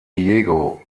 diego